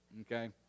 Okay